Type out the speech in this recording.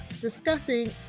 discussing